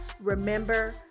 remember